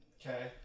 Okay